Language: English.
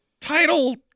title